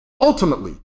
ultimately